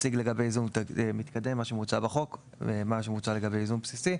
נציג את מה שמוצע בחוק לגבי ייזום מתקדם וייזום בסיסי,